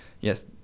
yes